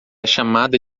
chamada